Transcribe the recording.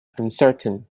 uncertain